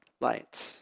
light